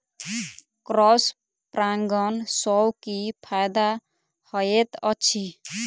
Cross परागण सँ की फायदा हएत अछि?